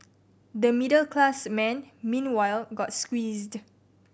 the middle class man meanwhile got squeezed